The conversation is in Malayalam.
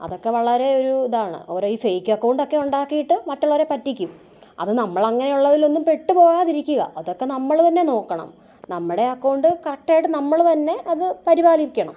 അതൊക്കെ വളരെ ഒരു ഇതാണ് ഓരോ ഈ ഫേക്ക് അക്കൗണ്ടൊക്കെ ഉണ്ടാക്കിയിട്ട് മറ്റുള്ളവരെ പറ്റിക്കും അത് നമ്മൾ അങ്ങനെയുള്ളതിൽ ഒന്നും പെട്ട് പോകാതിരിക്കുക അതൊക്കെ നമ്മൾ തന്നെ നോക്കണം നമ്മുടെ അക്കൗണ്ട് കറക്റ്റയിട്ട് നമ്മൾ തന്നെ അത് പരിപാലിക്കണം